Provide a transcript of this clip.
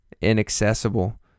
inaccessible